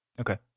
Okay